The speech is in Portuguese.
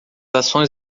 ações